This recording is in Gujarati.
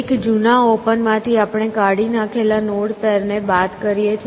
એક જુના ઓપન માંથી આપણે કાઢી નાખેલા નોડ પેર ને બાદ કરીએ છે